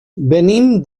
venim